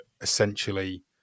essentially